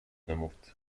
نمود